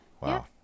Wow